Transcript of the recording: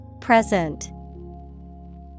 Present